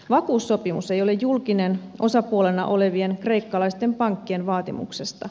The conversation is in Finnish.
vakuussopimus ei ole julkinen osapuolena olevien kreikkalaisten pankkien vaatimuksesta